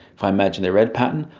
if i imagine the red pattern,